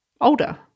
older